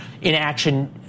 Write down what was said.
inaction